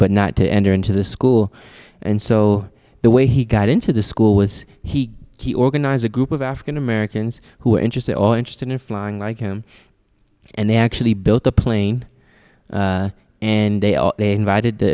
but not to enter into the school and so the way he got into the school was he he organized a group of african americans who were interested or interested in flying like him and they actually built the plane and they are they invited the